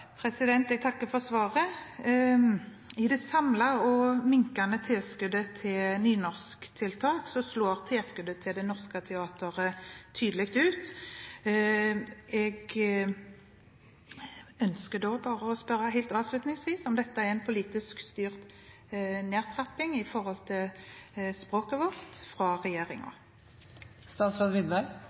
Jeg takker for svaret. I det samlede og minkende tilskuddet til nynorsktiltak slår tilskuddet til Det Norske Teatret tydelig ut. Jeg ønsker bare å spørre helt avslutningsvis om dette er en politisk styrt nedtrapping fra regjeringens side når det gjelder språket vårt.